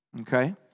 Okay